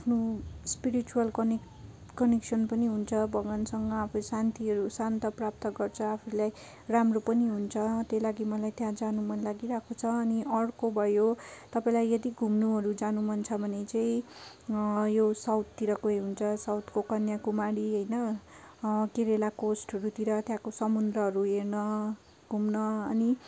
आफ्नो spiritual connect connection पनि हुन्छ भगवानसँग अब शान्तिहरू शान्त प्राप्त गर्छ आफूलाई राम्रो पनि हुन्छ त्यही लागि मलाई त्यहाँ जान मन लागिरहेको छ अनि अर्को भयो तपाईँलाई यदि घुम्नुहरू जानु मन छ भने चाहिँ यो साउथतिर गए हुन्छ साउथको कन्याकुमारी होइन केरल कोस्टहरूतिर त्यहाँको समुद्रहरू हेर्न घुम्न अनि